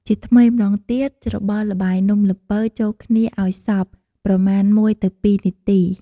ជាថ្មីម្ដងទៀត ច្របល់ល្បាយនំល្ពៅចូលគ្នាឱ្យសព្វប្រមាណ ១ទៅ២ នាទី។